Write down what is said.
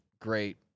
great